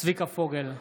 צביקה פוגל,